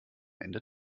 ende